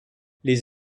les